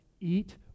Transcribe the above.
eat